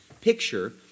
picture